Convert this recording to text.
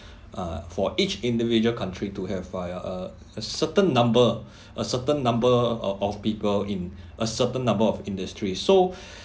uh for each individual country to have fire or a certain number a certain number of of people in a certain number of industry so